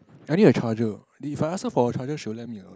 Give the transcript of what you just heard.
I need a charger if I ask her for a charger she will lend me or not